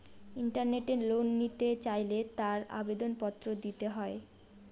ইন্টারনেটে লোন নিতে চাইলে তার আবেদন পত্র দিতে হয়